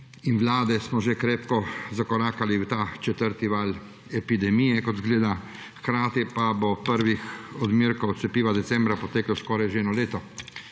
in Vlade smo že krepko zakorakali v ta četrti val epidemije, kot zgleda. Hkrati pa bo od prvih odmerkov cepiva decembra poteklo skoraj že eno leto,